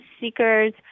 seekers